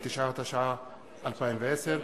התשע"א 2010,